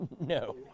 no